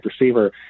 receiver